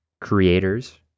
creators